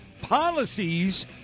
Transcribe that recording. policies